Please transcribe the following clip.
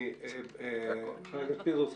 ח"כ פינדרוס,